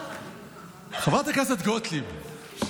חברת הכנסת גוטליב,